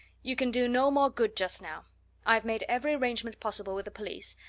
you can do no more good just now i've made every arrangement possible with the police,